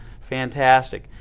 Fantastic